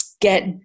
get